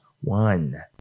one